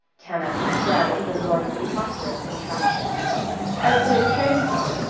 tana his brow undergoing preposterous contraction i play train song.